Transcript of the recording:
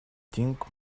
think